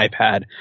iPad